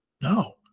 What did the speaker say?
No